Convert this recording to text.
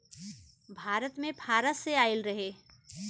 भारत मे फारस से आइल रहे